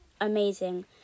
amazing